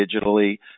digitally